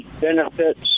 benefits